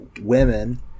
women